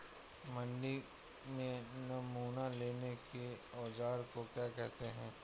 मंडी में नमूना लेने के औज़ार को क्या कहते हैं?